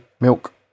milk